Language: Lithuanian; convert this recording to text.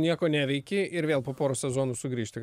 nieko neveiki ir vėl po poros sezonų sugrįžti